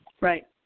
Right